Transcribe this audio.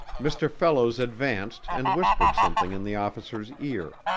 mr. fellows advanced and whispered something in the officer's ear.